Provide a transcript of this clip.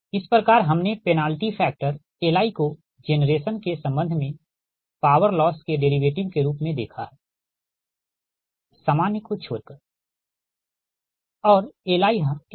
इस प्रकार हमने पेनाल्टी फैक्टर Li को जेनरेशन के संबंध में पॉवर लॉस के डेरीवेटिव के रूप में देखा हैसामान्य को छोड़कर ठीक